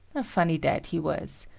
a funny dad he was.